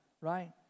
right